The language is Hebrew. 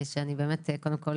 קודם כול,